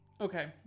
Okay